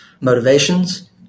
motivations